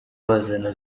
bazana